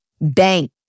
bank